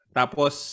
tapos